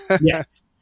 Yes